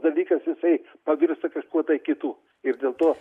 dalykas jisai pavirsta kažkuo tai kitu ir dėl to